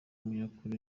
umunyakuri